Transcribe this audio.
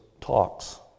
talks